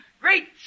great